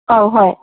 ꯑꯧ ꯍꯣꯏ